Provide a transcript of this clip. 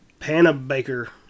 Panabaker